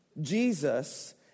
Jesus